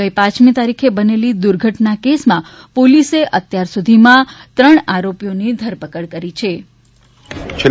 ગઇ પાંચમી કારીખે બનેલી દુર્ઘટના કેસમાં પોલીસે અત્યાર સુધીમાં ત્રણ આરોપીઓની ધરપકડ કરી છે